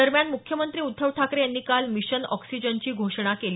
दरम्यान मुख्यमंत्री उद्धव ठाकरे यांनी काल मिशन ऑक्सिजनची घोषणा केली